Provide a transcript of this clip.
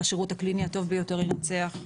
השירות הקליני הטוב ביותר ינצח.